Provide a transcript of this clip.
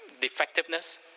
defectiveness